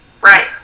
right